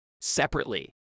Separately